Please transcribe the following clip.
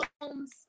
homes